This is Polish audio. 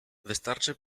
wystarczy